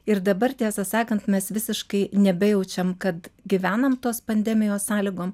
ir dabar tiesą sakant mes visiškai nebejaučiam kad gyvenam tos pandemijos sąlygom